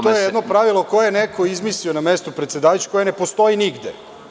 To je jedno pravilo koje je neko izmislio na mestu predsedavajućeg i koje ne postoji nigde.